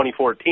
2014